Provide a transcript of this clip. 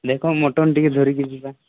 ଦେଖ ମଟନ୍ ଟିକେ ଧରିକି ଯିବା